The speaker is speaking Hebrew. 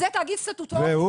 זה תאגיד סטטורי, זה לא ממשלה.